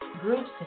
groups